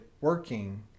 working